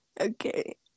Okay